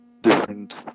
Different